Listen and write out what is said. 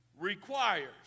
requires